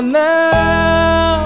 now